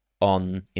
on